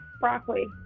Broccoli